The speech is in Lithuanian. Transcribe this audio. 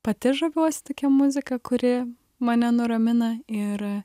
pati žaviuosi tokia muzika kuri mane nuramina ir